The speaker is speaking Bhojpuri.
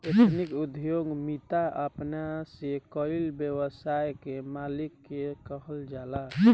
एथनिक उद्यमिता अपना से कईल व्यवसाय के मालिक के कहल जाला